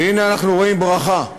והנה, אנחנו רואים ברכה: